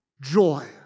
joy